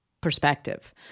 perspective